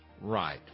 right